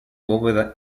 bóveda